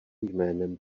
jménem